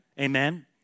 Amen